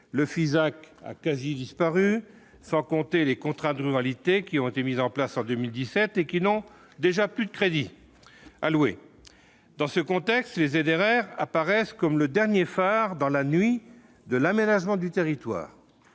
le Fisac a quasi disparu sans compter les contrats de ruralité qui ont été mises en place en 2017 et qui n'ont déjà plus de crédits alloués dans ce contexte, les ZRR apparaissent comme le dernier phare dans la nuit de l'aménagement du territoire